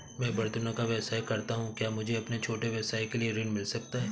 मैं बर्तनों का व्यवसाय करता हूँ क्या मुझे अपने छोटे व्यवसाय के लिए ऋण मिल सकता है?